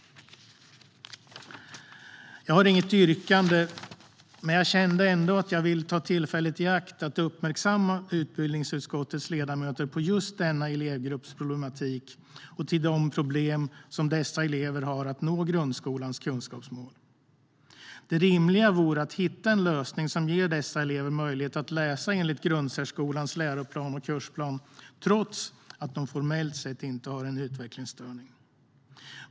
Jag har inget yrkande, men jag kände ändå att jag ville ta tillfället i akt att uppmärksamma utbildningsutskottets ledamöter på denna elevgrupps problematik och de problem som dessa elever har att nå grundskolans kunskapsmål. Det rimliga vore att hitta en lösning som ger dessa elever möjlighet att läsa enligt grundsärskolans läroplan och kursplan, trots att de formellt sett inte har en utvecklingsstörning.